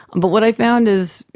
and but what i found is,